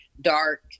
dark